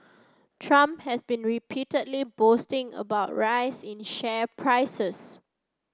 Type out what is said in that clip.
Trump has been repeatedly boasting about rise in share prices